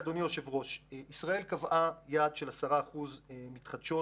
ישראל קבעה יעד של 10% מתחדשות